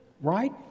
Right